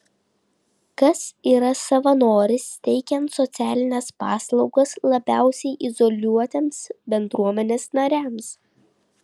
kas yra savanoris teikiant socialines paslaugas labiausiai izoliuotiems bendruomenės nariams